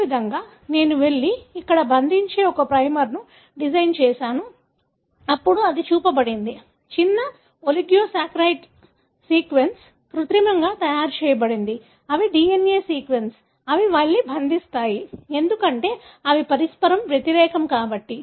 అదేవిధంగా నేను వెళ్లి ఇక్కడ బంధించే ఒక ప్రైమర్ను డిజైన్ చేసాను అప్పుడు అది చూపబడింది చిన్న ఒలిగోన్యూక్లియోటైడ్ సీక్వెన్స్ కృత్రిమంగా తయారు చేయబడింది అవి DNA సీక్వెన్స్ అవి వెళ్లి బంధిస్తాయి ఎందుకంటే అవి పరస్పరం వ్యతిరేకం కాబట్టి